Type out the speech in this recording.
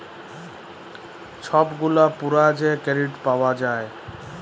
ছব গুলা পুরা যে কেরডিট পাউয়া যায়